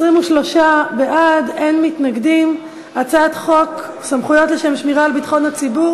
הצבעה בקריאה שלישית של הצעת חוק סמכויות לשם שמירה על ביטחון הציבור